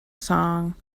song